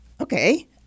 Okay